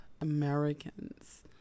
Americans